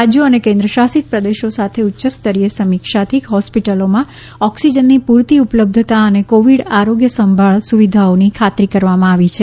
રાજ્યો અને કેન્દ્રશાસિત પ્રદેશો સાથે ઉચ્ચસ્તરીય સમીક્ષાથી હોસ્પિટલોમાં ઓક્સિજનની પૂરતી ઉપલબ્ધતા અને કોવિડ આરોગ્યસંભાળ સુવિધાઓની ખાતરી કરવામાં આવી છે